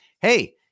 hey